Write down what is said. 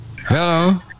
Hello